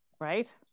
right